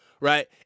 right